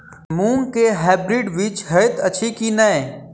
मूँग केँ हाइब्रिड बीज हएत अछि की नै?